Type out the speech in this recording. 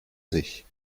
sich